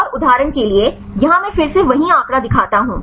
और उदाहरण के लिए यहां मैं फिर से वही आंकड़ा दिखाता हूं